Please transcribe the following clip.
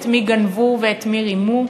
למי גנבו ואת מי רימו.